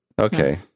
Okay